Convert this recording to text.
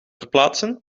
verplaatsen